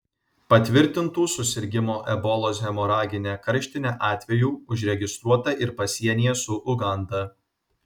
patvirtintų susirgimo ebolos hemoragine karštine atvejų užregistruota ir pasienyje su uganda